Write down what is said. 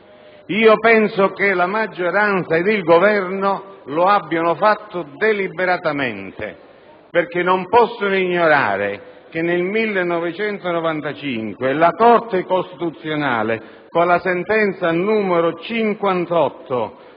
Io penso che la maggioranza ed il Governo lo abbiano fatto deliberatamente, perché non possono ignorare che nel 1995 la Corte costituzionale, con la sentenza n. 58,